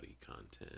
content